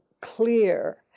clear